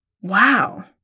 wow